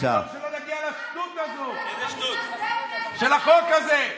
להגיע לשטות הזאת של החוק הזה.